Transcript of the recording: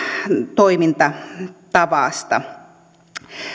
toimintatavasta